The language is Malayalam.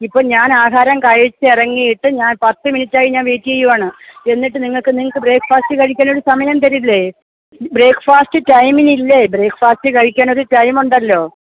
ഇപ്പോ ഞാൻ ആഹാരം കഴിച്ചിറങ്ങിയിട്ട് ഞാൻ പത്തു മിനിറ്റായി ഞാൻ വെയിറ്റിയ്യുവാണ് എന്നിട്ട് നിങ്ങള്ക്ക് നിങ്ങള്ക്ക് ബ്രേക്ക്ഫാസ്റ്റ് കഴിക്കാനൊരു സമയം തരില്ലേ ബ്രേക്ക്ഫാസ്റ്റ് ടൈമിംഗ് ഇല്ലേ ബ്രേക്ക്ഫാസ്റ്റ് കഴിക്കാനൊരു ടൈമുണ്ടല്ലോ